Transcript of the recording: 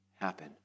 happen